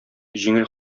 җиңел